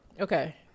okay